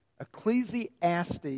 Ecclesiastes